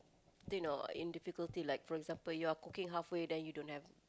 you know in difficulty like for example you are cooking halfway then you don't have